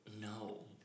No